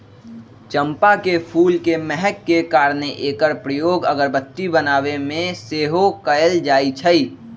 चंपा के फूल के महक के कारणे एकर प्रयोग अगरबत्ती बनाबे में सेहो कएल जाइ छइ